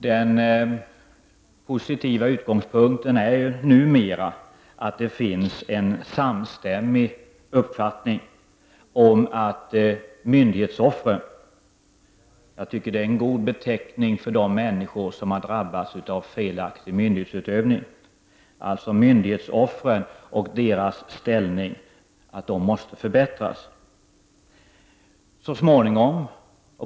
Den positiva utgångspunkten är numera att det finns en samstämmig uppfattning om att ställningen för myndighetsoffren — jag tycker det är en god beteckning för de människor som har drabbats av felaktig myndighetsutövning — måste förbättras.